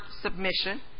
submission